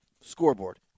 Scoreboard